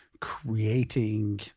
creating